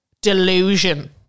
delusion